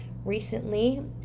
Recently